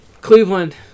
Cleveland